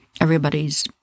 everybody's